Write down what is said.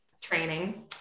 training